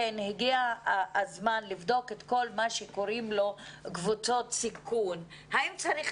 הגיע הזמן לבדוק את כל אלה שנקראים קבוצות הסיכון והאם צריכים